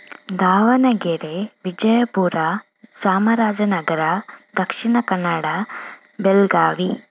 Davanagere Vijayapura Chamarajanagar Dakshina Kannada Belagavi